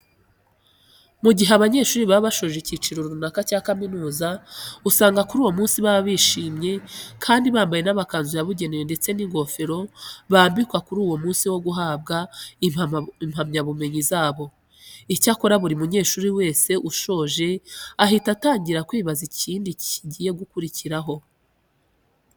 Mu gihe abanyeshuri baba basoje icyiciro runaka cya kaminuza, usanga kuri uwo munsi baba bishimye kandi bambaye n'amakanzu yabugenewe ndetse n'ingofero bambikwa kuri uwo munsi wo guhabwa impamyabumunyi zabo. Icyakora buri munyeshuri wese usoje ahita atangira kwibaza ikintu kigiye gukurikiraho.